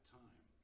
time